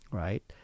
right